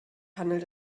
handelt